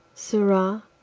sirrah,